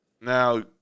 Now